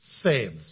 saves